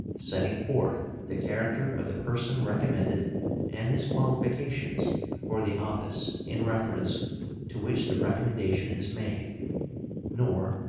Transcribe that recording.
setting forth the character of the person recommended and his qualifications for the office in reference to which the recommendation is made nor,